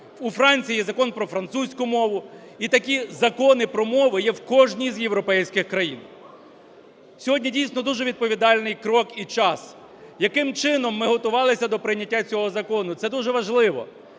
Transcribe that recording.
у Франції є Закон про французьку мову, і такі закони про мови є в кожній з європейських країн. Сьогодні дійсно дуже відповідальний крок і час. Яким чином ми готувалися до прийняття цього закону. Це дуже важливо.